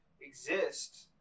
exist